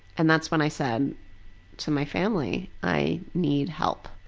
and that's when i said to my family, i need help.